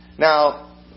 Now